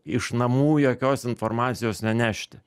iš namų jokios informacijos nenešti